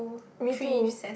me too